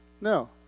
No